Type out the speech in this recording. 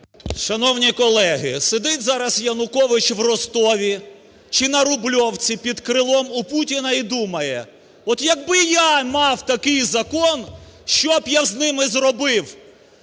Шановні колеги, сидить зараз Янукович у Ростові чи на Рубльовці під крилом у Путіна і думає: от як би я мав такий закон, щоб я з ними зробив